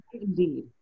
Indeed